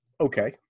Okay